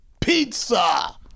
pizza